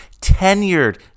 tenured